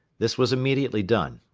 this was immediately done,